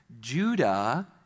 Judah